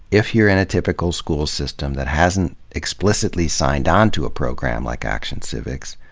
if you're in a typical school system that hasn't explicitly signed on to a program like action civics,